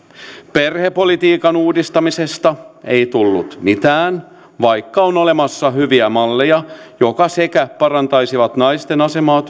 perhepolitiikan uudistamisesta ei tullut mitään vaikka on olemassa hyviä malleja jotka sekä parantaisivat naisten asemaa